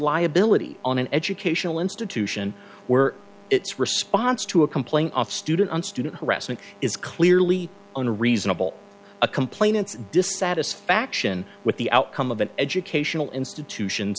liability on an educational institution where its response to a complaint off student on student harassment is clearly unreasonable a complainants dissatisfaction with the outcome of an educational institution